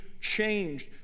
changed